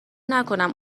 نکنم